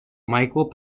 michael